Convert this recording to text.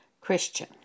Christian